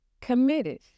committed